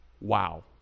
wow